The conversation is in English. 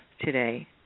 today